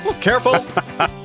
Careful